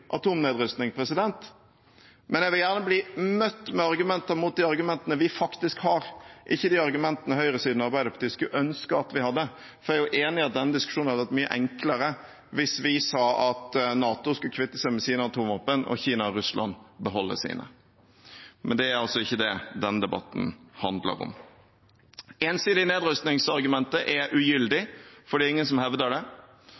atomnedrustning, men jeg vil gjerne bli møtt med argumenter mot de argumentene vi faktisk har – ikke de argumentene høyresiden og Arbeiderpartiet skulle ønske at vi hadde. Jeg er enig i at denne diskusjonen hadde vært mye enklere hvis vi sa at NATO skulle kvitte seg med sine atomvåpen og Kina og Russland beholde sine. Men det er altså ikke det denne debatten handler om. Argumentet om ensidig nedrustning er ugyldig, for det